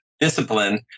discipline